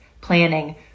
planning